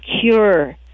cure